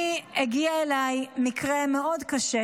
הגיע אליי מקרה מאוד קשה,